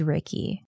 Ricky